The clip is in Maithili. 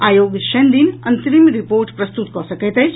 आयोग शनि दिन अंतरिम रिपोर्ट प्रस्तुत कऽ सकैत अछि